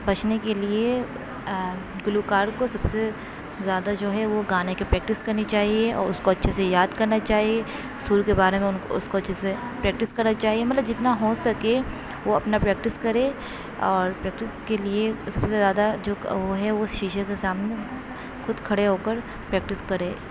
بچنے کے لیے گلو کار کو سب سے زیادہ جو ہے وہ گانے کی پریکٹس کرنی چاہیے اور اس کو اچھے سے یاد کرنا چاہیے سُر کے بارے میں ان اس کو اچھے سے پریکٹس کرنی چاہیے مطلب جتنا ہو سکے وہ اپنا پریکٹس کرے اور پریکٹس کے لیے سب سے زیادہ جو وہ ہے وہ شیشے کے سامنے خود کھڑے ہو کر پریکٹس کرے